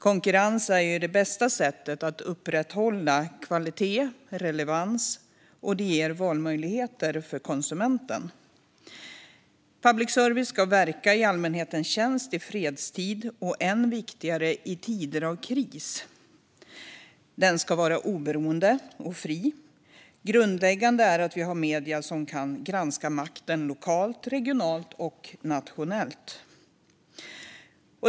Konkurrens är det bästa sättet att upprätthålla kvalitet och relevans, och det ger valmöjligheter för konsumenten. Public service ska verka i allmänhetens tjänst i fredstid, och än viktigare är det i tider av kris. Den ska vara oberoende och fri. Grundläggande är att vi har medier som kan granska makten lokalt, regionalt och nationellt.